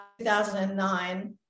2009